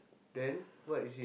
then what is it